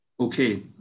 Okay